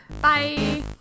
Bye